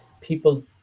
People